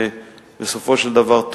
ובסופו של דבר,